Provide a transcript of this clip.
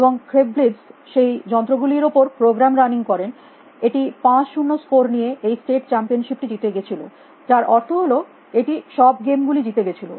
এবং Crave Blitz সেই যন্ত্র গুলির উপর প্রোগ্রাম রানিং করেন এটি 5 0 স্কোর নিয়ে এই স্টেট চ্যাম্পিয়নশিপটি জিতে গেছিল যার অর্থ হল এটি সব গেম গুলি জিতে গেছিল